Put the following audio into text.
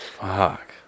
Fuck